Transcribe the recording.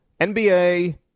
NBA